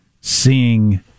seeing